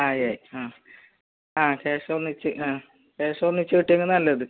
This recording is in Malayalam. ആയി ആയി ആ ശേഷം ഒന്നിച്ച് ആ ശേഷം ഒന്നിച്ച് കിട്ടിയെങ്കിൽ നല്ലത്